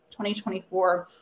2024